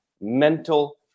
mental